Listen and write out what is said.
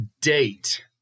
date